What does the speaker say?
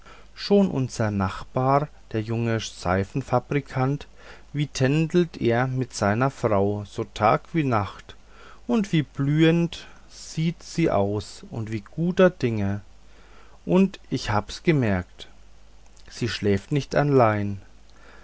schon unser nachbar der junge seifenfabrikant wie tändelt er mit seiner frau so tag wie nacht und wie blühend sieht sie aus und wie guter dinge und ich hab's gemerkt sie schläft nicht allein